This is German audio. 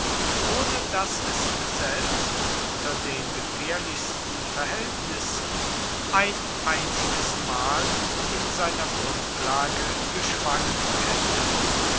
ohne daß es selbst unter den gefährlichsten verhältnissen ein einziges mal in seiner grundlage geschwankt hätte